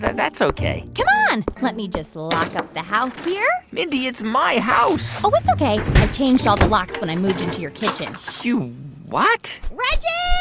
that's ok let me just lock up the house there mindy, it's my house oh, it's ok. i changed all the locks when i moved into your kitchen you what? reggie